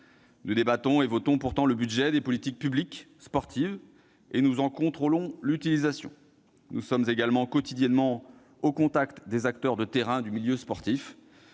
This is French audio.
Nous votons pourtant le budget des politiques publiques sportives et nous en contrôlons l'utilisation ; nous sommes également quotidiennement au contact des acteurs de terrain du milieu sportif.